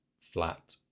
flat